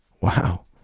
Wow